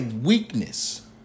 weakness